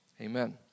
Amen